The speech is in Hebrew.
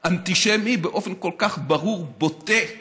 אנטישמי באופן כל כך ברור, בוטה וגלוי,